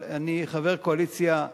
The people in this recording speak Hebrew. אני חבר קואליציה,